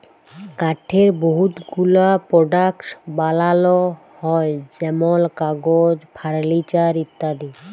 কাঠের বহুত গুলা পরডাক্টস বালাল হ্যয় যেমল কাগজ, ফারলিচার ইত্যাদি